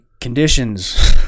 conditions